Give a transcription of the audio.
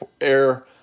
air